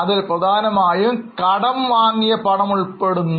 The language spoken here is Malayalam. അതിൽ പ്രധാനമായും കടം വാങ്ങിയ പണം ഉൾപ്പെടുന്നു